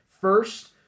first